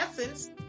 essence